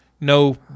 No